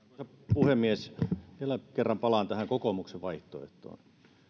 puhemies vielä kerran palaan tähän kokoomuksen vaihtoehtoon sen